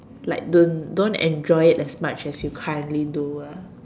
like don't don't enjoy it as much as you currently do ah